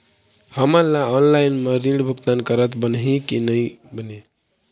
हमन ला ऑनलाइन म ऋण भुगतान करत बनही की नई बने?